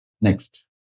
Next